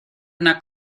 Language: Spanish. una